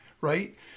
right